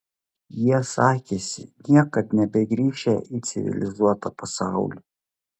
jie sakėsi niekad nebegrįšią į civilizuotą pasaulį